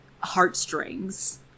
heartstrings